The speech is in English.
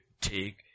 take